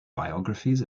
biographies